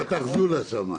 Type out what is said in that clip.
ביטן פתח זולה שם.